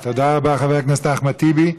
תודה רבה, חבר הכנסת אחמד טיבי.